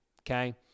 okay